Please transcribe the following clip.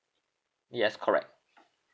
yes correct